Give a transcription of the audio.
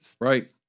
Right